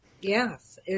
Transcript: Yes